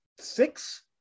six